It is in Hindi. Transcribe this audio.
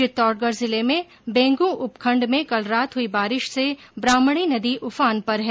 चित्तौडगढ़ जिले में बेगू उपखंड में कल रात हुई बारिश से ब्राह्मणी नदी उफान पर है